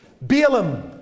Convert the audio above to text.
Balaam